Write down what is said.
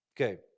Okay